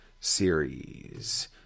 series